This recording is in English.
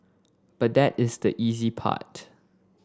but that is the easy part